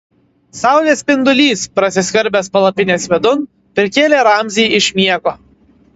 saulės spindulys prasiskverbęs palapinės vidun prikėlė ramzį iš miego